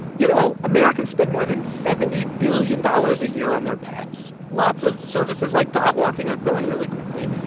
you know, americans spend more than seventy billion dollars a year on their pets. lots of services like dog walking are growing really quickly.